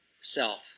Self